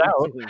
out